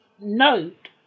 note